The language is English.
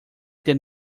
that